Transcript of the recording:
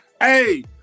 Hey